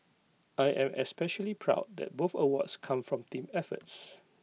I am especially proud that both awards come from team efforts